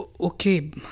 Okay